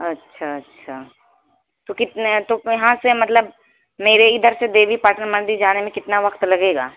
اچھا اچھا تو کتنے تو یہاں سے مطلب میرے ادھر سے دیوی پاٹن مندر جانے میں کتنا وقت لگے گا